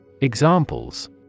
Examples